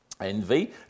envy